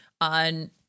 on